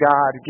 God